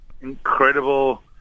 incredible